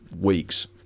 weeks